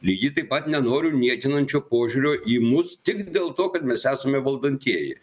lygiai taip pat nenoriu ir niekinančio požiūrio į mus tik dėl to kad mes esame valdantieji